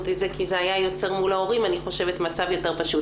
את זה כי זה היה יוצר מול ההורים מצב יותר פשוט.